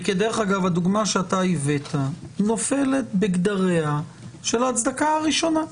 ואגב הדוגמה שאתה הבאת נופלת בגדריה של ההצדקה הראשונה.